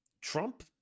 Trump